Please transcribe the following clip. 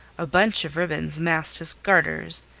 a bunch of ribbons masked his garters,